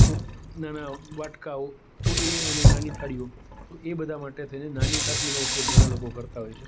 તો નાના વાટકાઓ તો એ અને નાની થાળીઓ તો એ બધા માટે થઈને નાની ખાટલીનો ઉપયોગ ઘણા લોકો કરતા હોય છે